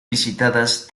visitadas